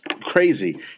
crazy